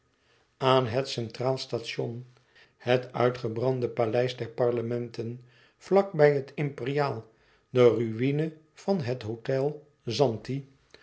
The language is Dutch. aan het centraal station het uitgebrande paleis der parlementen vlak bij het imperiaal de ruïne van het hôtel zanti